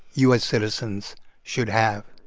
u s. citizens should have.